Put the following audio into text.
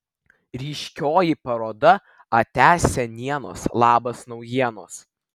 ryškioji paroda atia senienos labas naujienos